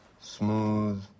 smooth